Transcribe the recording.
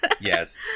yes